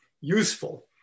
useful